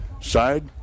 side